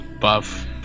buff